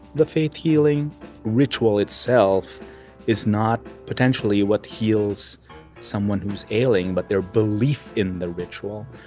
the faith healing ritual itself is not potentially what heals someone who is ailing but their belief in the ritual.